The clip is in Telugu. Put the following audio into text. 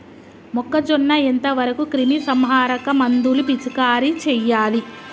మొక్కజొన్న ఎంత వరకు క్రిమిసంహారక మందులు పిచికారీ చేయాలి?